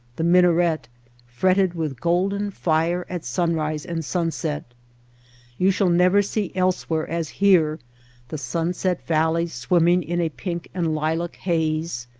the minaret fretted with golden fire at sunrise and sunset you shall never see else where as here the sunset valleys swimming in a pink and lilac haze,